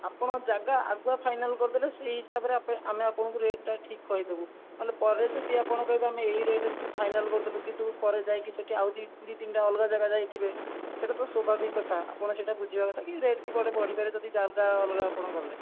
ଆପଣ ଯାଗା ଆଗୁଆ ଫାଇନାଲ୍ କରି ଦେଲେ ସେହି ହିସାବରେ ଆମେ ଆପଣଙ୍କୁ ରେଟ୍ଟା ଠିକ୍ କହିଦେବୁ ନହେଲେ ପରେ ଯଦି ଆପଣ କହିବେ ଆମେ ଏହି ରେଟ୍ ଫି ଫାଇନାଲ୍ କରିଦେଲୁ କିନ୍ତୁ ପରେ ଯାଇକି ସେଇଠି ଆଉ ଦୁଇ ତିନିଟା ଅଲଗା ଯାଗା ଯାଇଥିବେ ସେଇଟା ସ୍ଵାଭାବିକ କଥା ଆପଣ ସେଇଟା ବୁଝିବା କଥା କି ରେଟ୍ ବି କୁଆଡ଼େ ବଢ଼ି ପାରେ ଯଦି ଯାଗା ଅଲଗା ଆପଣ ଗଲେ